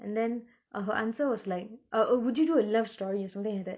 and then uh her answer was like uh oh would you do a love story or something like that